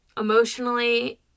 emotionally